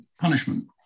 punishment